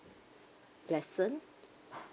lesson